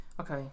Okay